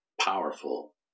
powerful